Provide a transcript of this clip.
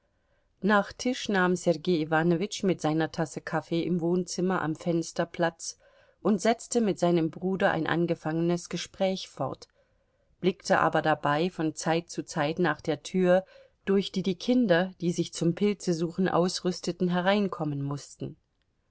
nach tisch nahm sergei iwanowitsch mit seiner tasse kaffee im wohnzimmer am fenster platz und setzte mit seinem bruder ein angefangenes gespräch fort blickte aber dabei von zeit zu zeit nach der tür durch die die kinder die sich zum pilzesuchen ausrüsteten hereinkommen mußten